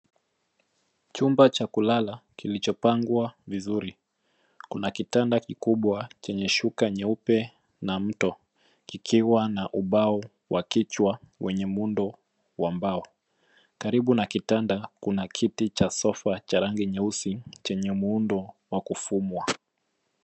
Chumba cha kulala kilichopangwa vizuri, kuna kitanda kikubwa chenye shuka nyeupe na mto kikiwa na ubao wa kichwa wenye muundo wa mbao. Karibu na kitanda kuna kiti cha sofa cha rangi nyeusi chenye muundo wa kufumwa.